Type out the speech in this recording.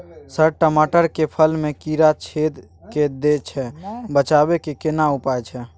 Sir टमाटर के फल में कीरा छेद के दैय छैय बचाबै के केना उपाय छैय?